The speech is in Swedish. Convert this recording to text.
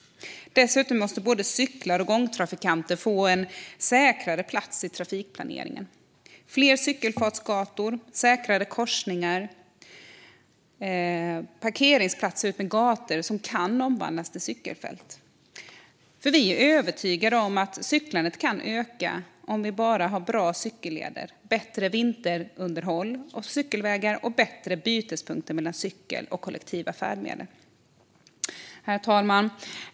Dessutom måste både cyklar och gångtrafikanter få en säkrare plats i trafikplaneringen med fler cykelfartsgator, säkrare korsningar och parkeringsplatser utmed gatorna som omvandlas till cykelfält. Vi är övertygade om att cyklandet kan öka om vi bara har bra cykelleder, bättre vinterunderhåll av cykelvägarna och bättre bytespunkter mellan cykel och kollektiva färdmedel. Herr talman!